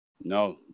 No